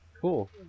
cool